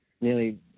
nearly